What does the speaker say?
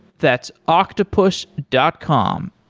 that's octopus dot com,